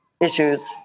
issues